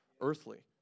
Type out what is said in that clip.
earthly